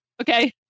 okay